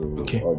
okay